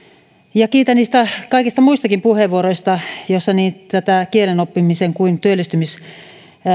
ja kiitän niistä kaikista muistakin puheenvuoroista joissa niin kielen oppimisen kuin työllistymisen